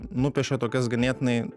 nupiešia tokias ganėtinai